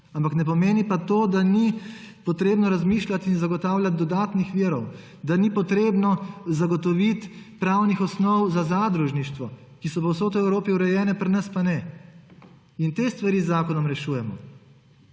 Ampak ne pomeni pa tega, da ni potrebno razmišljati in zagotavljati dodatnih virov, da ni potrebno zagotoviti pravnih osnov za zadružništvo, ki je povsod po Evropi urejeno, pri nas pa ne. In te stvari z zakonom rešujemo.